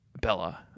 Bella